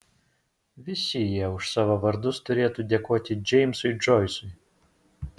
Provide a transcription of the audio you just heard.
visi jie už savo vardus turėtų dėkoti džeimsui džoisui